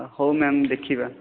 ହଉ ମ୍ୟାମ୍ ଦେଖିବା